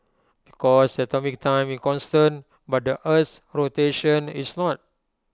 because atomic time is constant but the Earth's rotation is not